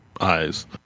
eyes